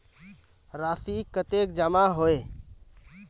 राशि कतेक जमा होय है?